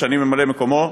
שאני ממלא-מקומו,